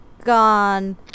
gone